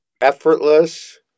Effortless